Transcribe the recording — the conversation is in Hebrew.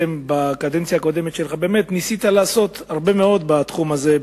בקדנציה הקודמת שלך ניסית לעשות הרבה מאוד בתחום הזה,